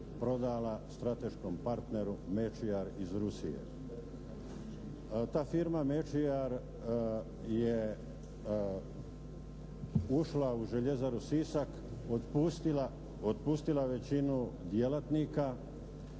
prodala strateškom partneru "Mečiar" iz Rusije. Ta firma "Mečiar" je ušla u željezaru "Sisak", otpustila većinu djelatnika,